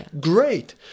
Great